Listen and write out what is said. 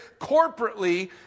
corporately